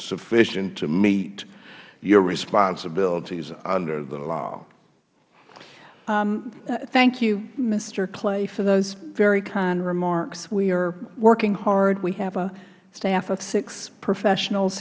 sufficient to meet your responsibilities under the law ms nisbet thank you mister clay for those very kind remarks we are working hard we have a staff of six professionals